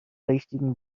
richtigen